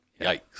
Yikes